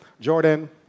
Jordan